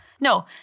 No